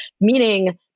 meaning